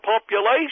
population